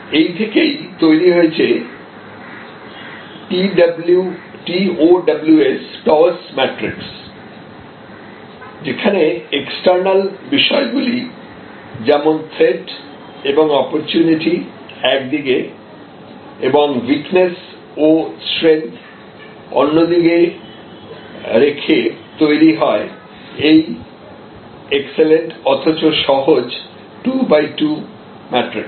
এই থেকেই তৈরি হয়েছে TOWS ম্যাট্রিক্স যেখানে এক্সটার্নাল বিষয়গুলি যেমন থ্রেট এবং অপরচুনিটি এক দিকে এবং উইকনেস ও স্ট্রেংথ অন্যদিকে রেখে তৈরি হয় এই এক্সেলেন্ট অথচ সহজ 2 বাই 2 ম্যাট্রিক্স